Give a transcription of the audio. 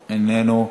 איננו.